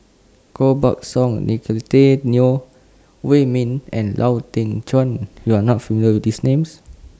Koh Buck Song Nicolette Teo Wei Min and Lau Teng Chuan YOU Are not familiar with These Names